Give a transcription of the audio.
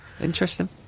Interesting